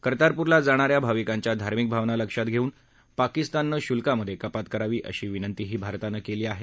कर्तारपूरला जाणा या भाविकांच्या धार्मिक भावना लक्षात घेऊन पाकिस्ताननं शुल्कांमधे कपात करावी अशी विनंती ही भारतानं केली आहे